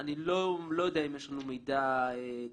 אני לא יודע אם יש לנו מידע קונקרטי,